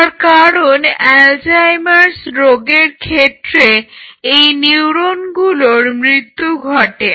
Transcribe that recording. তার কারণ অ্যালজাইমার্স রোগের ক্ষেত্রে এই নিউরনগুলোর মৃত্যু ঘটে